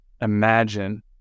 imagine